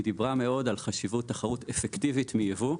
היא דיברה מאוד על חשיבות תחרות אפקטיבית מייבוא.